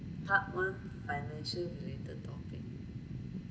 part one financial related topic